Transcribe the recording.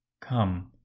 Come